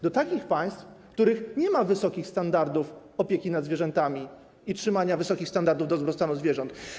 Do takich państw, w których nie ma wysokich standardów opieki nad zwierzętami i utrzymywania wysokich standardów, jeżeli chodzi o dobrostan zwierząt.